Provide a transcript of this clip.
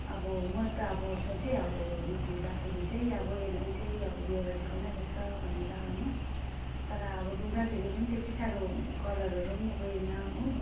अब मैले त अब सोचेँ अब धुँदाखेरि चाहिँ अब यसले चाहिँ अब बेहुरा देखाउने रहेछ भनेर होइन तर अब धुँदाखेरि पनि त्यति साह्रो कलरहरू पनि गएन हो